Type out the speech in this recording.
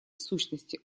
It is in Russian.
сущности